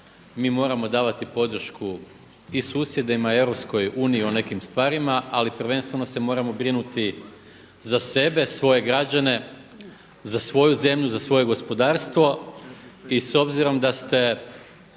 Mi moramo davati podršku i susjedima i Europskoj uniji o nekim stvarima. Ali prvenstveno se moramo brinuti za sebe, svoje građane, za svoju zemlju, za svoje gospodarstvo. I s obzirom da ste